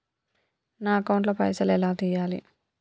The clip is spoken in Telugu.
నా అకౌంట్ ల పైసల్ ఎలా తీయాలి?